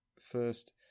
First